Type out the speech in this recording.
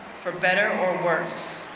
for better or worse.